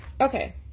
Okay